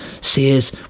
Sears